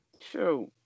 sure